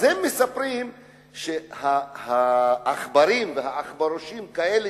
אז הם מספרים שהעכברים והעכברושים כאלה